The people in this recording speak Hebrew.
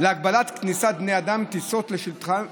להגבלת כניסת בני אדם וטיסות לשטחן